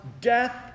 death